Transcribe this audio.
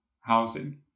housing